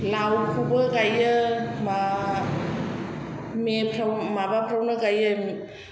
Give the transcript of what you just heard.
लावखौबो गायो मा मेफोराव माबाफोरावनो गायो